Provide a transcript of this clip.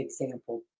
example